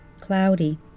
cloudy